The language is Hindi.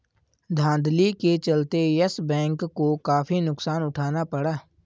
धांधली के चलते यस बैंक को काफी नुकसान उठाना पड़ा